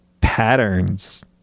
patterns